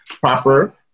proper